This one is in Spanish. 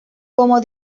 como